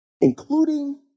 including